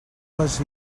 les